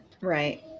Right